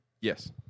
Yes